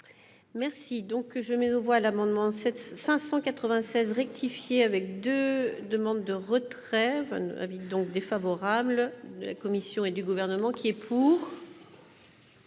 Merci donc je mets aux voix l'amendement cette 596 rectifié avec 2 demandes de retrait habite donc défavorable de la Commission et du gouvernement qui est pour.